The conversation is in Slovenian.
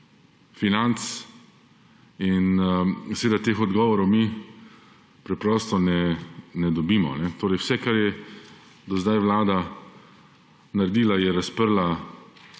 financ. Seveda teh odgovorov mi preprosto ne dobimo. Vse, kar je do zdaj Vlada naredila, je to, da